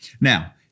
Now